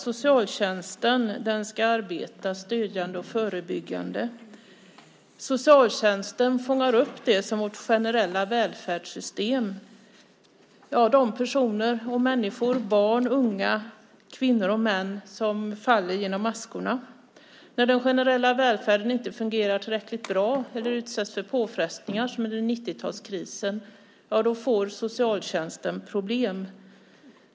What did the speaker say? Socialtjänsten ska arbeta stödjande och förebyggande. Socialtjänsten fångar upp de människor, barn, unga, kvinnor och män, som faller genom maskorna i vårt generella välfärdssystem. När den generella välfärden inte fungerar tillräckligt bra eller utsätts för påfrestningar, som under 90-talskrisen, får socialtjänsten problem.